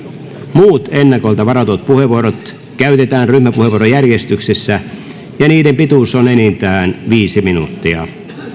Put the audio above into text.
muut ennakolta varatut puheenvuorot käytetään ryhmäpuheenvuorojärjestyksessä ja niiden pituus on enintään viisi minuuttia